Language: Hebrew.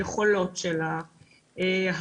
היכולות שלה,